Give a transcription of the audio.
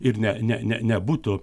ir ne ne ne nebūtų